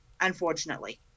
unfortunately